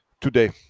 today